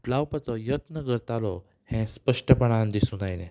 कुटलावपाचो यत्न करतालो हें स्पश्टपणान दिसून आयलें